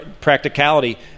practicality